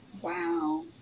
Wow